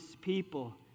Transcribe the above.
people